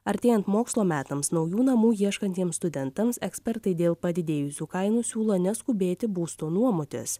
artėjant mokslo metams naujų namų ieškantiem studentams ekspertai dėl padidėjusių kainų siūlo neskubėti būsto nuomotis